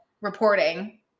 reporting